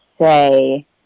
say